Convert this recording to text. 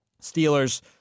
Steelers